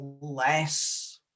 less